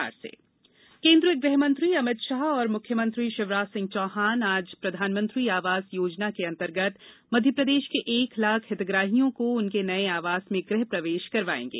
प्रधानमंत्री आवास केन्द्रीय गृह मंत्री अमित शाह और मुख्यमंत्री शिवराज सिंह चौहान आज प्रधानमंत्री आवास योजनान्तर्गत मध्यप्रदेश के एक लाख हितग्राहियों को उनके नये आवास में गृह प्रवेश करवायेंगे